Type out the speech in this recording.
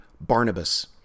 Barnabas